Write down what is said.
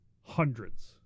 hundreds